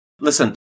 Listen